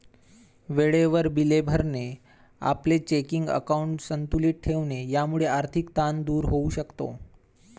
वेळेवर बिले भरणे, आपले चेकिंग अकाउंट संतुलित ठेवणे यामुळे आर्थिक ताण दूर होऊ शकतो